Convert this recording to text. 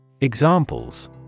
Examples